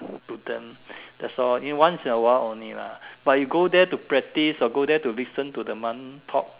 to them that's all just in a while only lah but you go there to practice or go there to listen to the monk talk